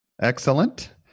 Excellent